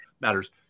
matters